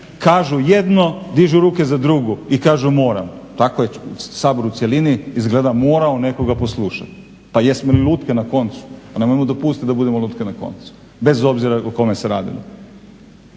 kažu jedno, dižu ruke za drugu i kažu moram. Tako je Sabor u cjelini izgleda morao nekoga poslušati. Pa jesmo li lutke na koncu? Pa nemojmo dopustiti da budemo lutke na koncu, bez obzira o kome se radilo.